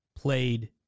played